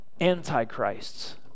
antichrists